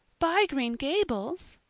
buy green gables?